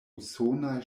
usonaj